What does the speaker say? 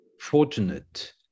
fortunate